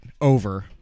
over